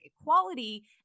equality